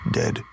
dead